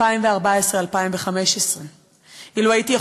2014 2015. אילו יכולתי,